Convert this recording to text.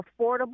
affordable